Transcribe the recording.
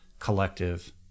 Collective